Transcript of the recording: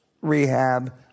rehab